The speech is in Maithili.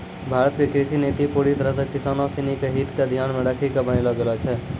भारत के कृषि नीति पूरी तरह सॅ किसानों सिनि के हित क ध्यान मॅ रखी क बनैलो गेलो छै